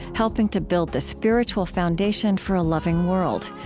helping to build the spiritual foundation for a loving world.